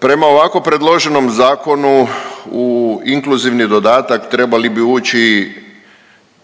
Prema ovako predloženom zakonu u inkluzivni dodatak trebali bi ući